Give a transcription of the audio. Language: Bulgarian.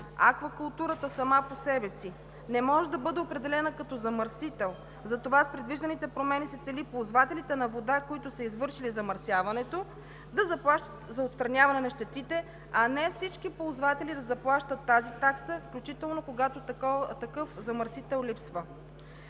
Аквакултурата сама по себе си не може да бъде определена като замърсител. Затова с предвижданите промени се цели ползвателите на вода, които са извършили замърсяването, да заплащат за отстраняване на щетите, а не всички ползватели да заплащат тази такса, включително когато такъв замърсител липсва.